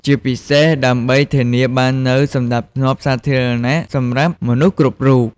ជាពិសេស ដើម្បីធានាបាននូវសណ្តាប់ធ្នាប់សាធារណៈសម្រាប់មនុស្សគ្រប់រូប។